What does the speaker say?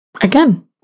again